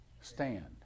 stand